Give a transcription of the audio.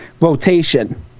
rotation